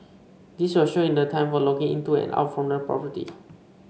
this was shown in the time for logging into and out from the property